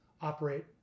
operate